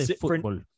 football